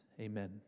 Amen